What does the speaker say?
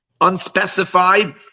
unspecified